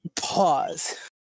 pause